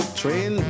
train